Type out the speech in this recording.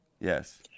Yes